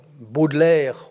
Baudelaire